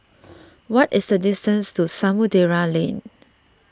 what is the distance to Samudera Lane